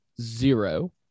zero